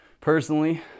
Personally